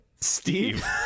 Steve